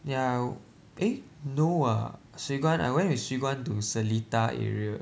ya eh no ah Swee Guan I went with Swee Guan to Seletar area